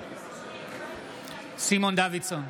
בעד סימון דוידסון,